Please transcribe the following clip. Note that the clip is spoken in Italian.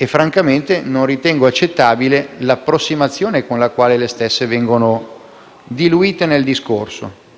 Francamente non ritengo accettabile l'approssimazione con la quale le stesse vengono diluite nel discorso.